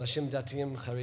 אנשים דתיים וחרדים,